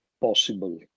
possible